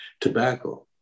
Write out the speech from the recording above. tobacco